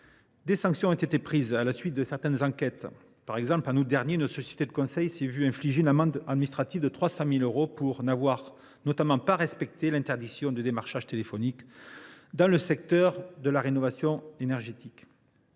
des sanctions ont été prises à la suite de certaines enquêtes. Par exemple, en août dernier, une société de conseil s’est vu infliger une amende administrative de 300 000 euros pour, notamment, ne pas avoir respecté l’interdiction de démarchage téléphonique dans le secteur de la rénovation énergétique.